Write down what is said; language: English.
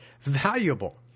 valuable